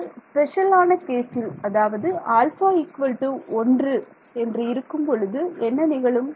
ஒரு ஸ்பெஷலான கேசில் அதாவது α 1 என்று இருக்கும் பொழுது என்ன நிகழும்